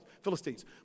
Philistines